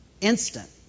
Instant